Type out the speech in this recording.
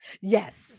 yes